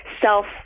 self